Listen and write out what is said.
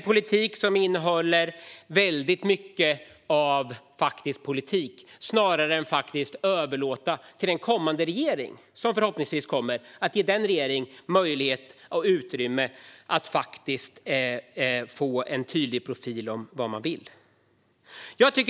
Det är mycket faktisk politik snarare än att man ger en kommande regering, som förhoppningsvis kommer, möjlighet och utrymme att tydligt profilera vad den vill göra.